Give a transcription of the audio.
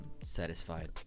satisfied